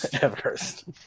Everest